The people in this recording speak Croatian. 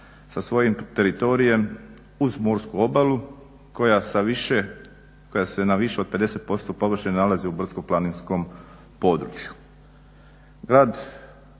sa svojim teritorijem uz morsku obalu koja sa više, koja se na više od 50% površine nalazi u brdsko-planinskom području. Grad